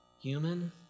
human